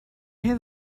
have